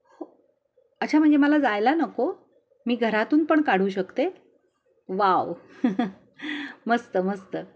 हो अच्छा म्हणजे मला जायला नको मी घरातून पण काढू शकते वाव मस्त मस्त